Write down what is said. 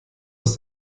aus